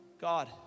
God